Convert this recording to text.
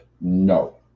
no